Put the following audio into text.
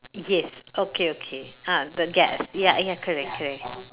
yes okay okay ah the gas ya ya correct correct